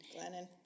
Glennon